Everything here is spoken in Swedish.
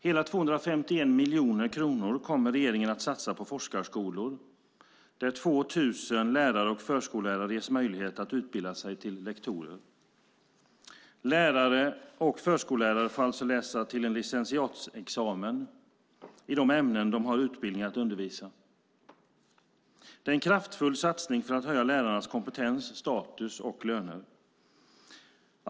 Hela 251 miljoner kronor kommer regeringen att satsa på forskarskolor, där 2 000 lärare och förskollärare ges möjlighet att utbilda sig till lektorer. Lärare och förskollärare får alltså läsa till en licentiatexamen i de ämnen som de har utbildning att undervisa i. Det är en kraftfull satsning för att höja lärarnas kompetens, status och löner.